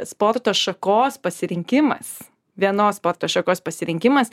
sporto šakos pasirinkimas vienos sporto šakos pasirinkimas